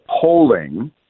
polling